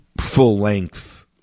full-length